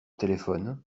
téléphone